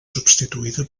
substituïda